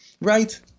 right